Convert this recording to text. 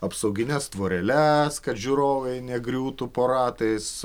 apsaugines tvoreles kad žiūrovai negriūtų po ratais